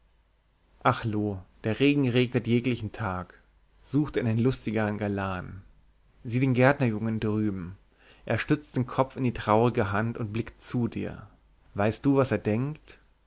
ach loo der regen regnet jeglichen tag such dir einen lustigeren galan sieh den gärtnerjungen drüben er stützt den kopf in die traurige hand und blickt zu dir weißt du was er denkt